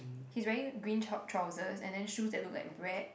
he's wearing green trou~ trousers and then shoes that look like bread